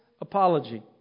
apology